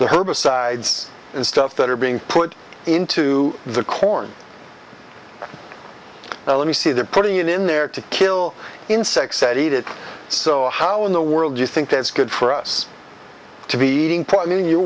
the herbicides and stuff that are being put into the corn now let me see they're putting it in there to kill insects that eat it so how in the world do you think that it's good for us to be eating